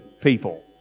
people